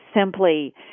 simply